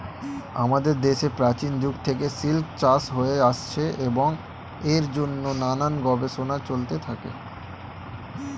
আমাদের দেশে প্রাচীন যুগ থেকে সিল্ক চাষ হয়ে আসছে এবং এর জন্যে নানান গবেষণা চলতে থাকে